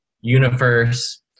universe